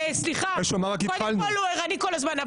קודם כול, הוא ערני כל הזמן.